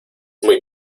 muy